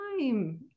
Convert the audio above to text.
time